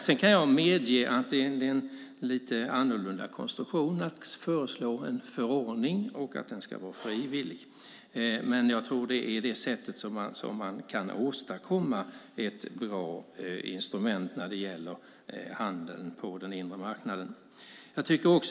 Sedan kan jag medge att det är en lite annorlunda konstruktion att föreslå en förordning och att den ska vara frivillig. Men jag tror att det är på det sättet som man kan åstadkomma ett bra instrument när det gäller handeln på den inre marknaden.